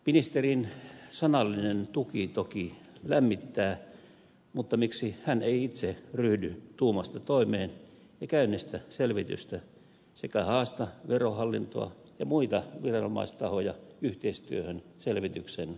ministerin sanallinen tuki toki lämmittää mutta miksi hän ei itse ryhdy tuumasta toimeen ja käynnistä selvitystä sekä haasta verohallintoa ja muita viranomaistahoja yhteistyöhön selvityksen tekemiseksi